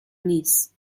نیست